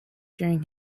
during